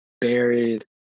buried